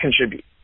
contribute